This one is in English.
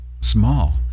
small